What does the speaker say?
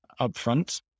upfront